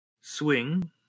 swing